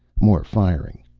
more firing.